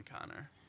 Connor